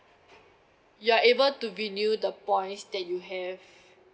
you are able to renew the points that you have